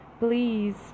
Please